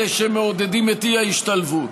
אלה שמעודדים את האי-השתלבות,